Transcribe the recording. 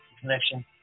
connection